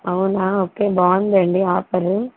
అవునా ఓకే బాగుందండి ఆఫరు